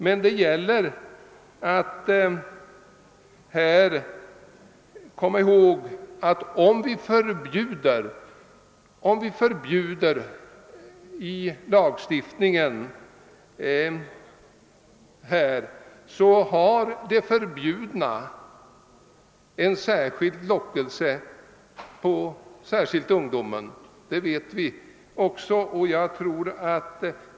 När vi tar ställning till frågan huruvida vi skall lagstifta om förbud måste vi komma ihåg att det förbjudna har en särskild lockelse på särskilt ungdomen.